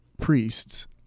priests